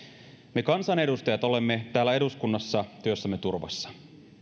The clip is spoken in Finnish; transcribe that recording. me kansanedustajat olemme täällä eduskunnassa työssämme turvassa